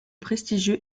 prestigieux